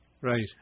right